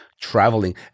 traveling